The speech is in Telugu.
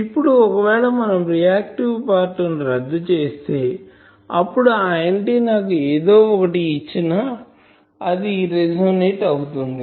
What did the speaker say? ఇప్పుడు ఒకవేళ మనంగా రియాక్టివ్ పార్ట్ ని రద్దు చేస్తే అప్పుడు ఆ ఆంటిన్నాకు ఏదోఒకటి ఇచ్చిన అది రెసోనేట్ అవుతుంది